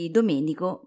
Domenico